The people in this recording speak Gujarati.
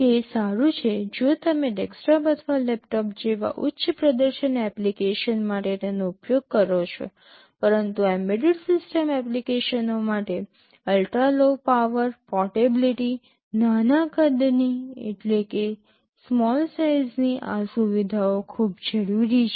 તે સારું છે જો તમે ડેસ્કટોપ અથવા લેપટોપ જેવા ઉચ્ચ પ્રદર્શન એપ્લિકેશન માટે તેનો ઉપયોગ કરો છો પરંતુ એમ્બેડેડ સિસ્ટમ એપ્લિકેશનો માટે અલ્ટ્રા લો પાવર પોર્ટેબિલીટી નાના કદની low power portability small size આ સુવિધાઓ ખૂબ જરૂરી છે